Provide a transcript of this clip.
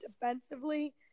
defensively